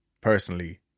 personally